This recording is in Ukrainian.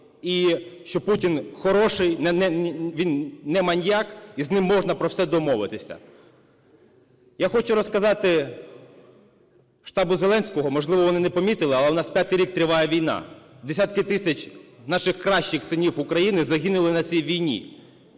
і що Путін хороший, він не маніяк, і з ним можна про все домовитися. Я хочу розказати штабу Зеленського, можливо, вони не помітили, але у нас п'ятий рік триває війна. Десятки тисяч наших кращих синів України загинули на цій війні